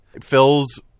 Phil's